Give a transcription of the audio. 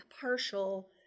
partial